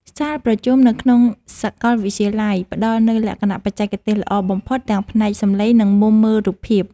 សាលប្រជុំនៅក្នុងសាកលវិទ្យាល័យ ផ្ដល់នូវលក្ខណៈបច្ចេកទេសល្អបំផុតទាំងផ្នែកសំឡេង និងមុំមើលរូបភាព។